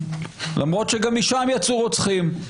למרות שגם משם יצאו רוצחים,